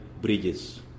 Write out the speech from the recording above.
Bridges